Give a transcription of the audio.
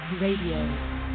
Radio